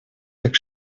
так